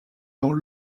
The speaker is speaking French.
dans